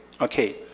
Okay